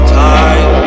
time